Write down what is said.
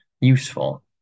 useful